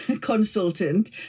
consultant